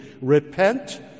Repent